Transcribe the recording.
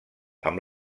amb